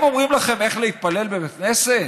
הם אומרים לכם איך להתפלל בבית כנסת?